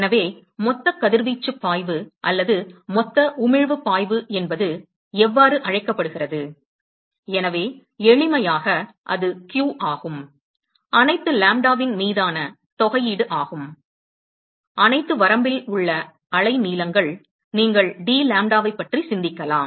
எனவே மொத்தக் கதிர்வீச்சுப் பாய்வு அல்லது மொத்த உமிழ்வுப் பாய்வு என்பது எவ்வாறு அழைக்கப்படுகிறது எனவே எளிமையாக அது q ஆகும் அனைத்து லாம்டாவின் மீதான தொகையீடு ஆகும் அனைத்து வரம்பில் உள்ள அலைநீளங்கள் நீங்கள் d lambda வை பற்றி சிந்திக்கலாம்